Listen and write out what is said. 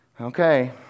okay